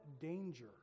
danger